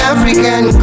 African